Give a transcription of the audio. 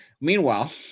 Meanwhile